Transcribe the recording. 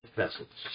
vessels